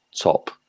top